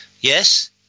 yes